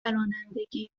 رانندگی